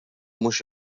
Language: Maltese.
mhux